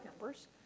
numbers